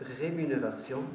rémunération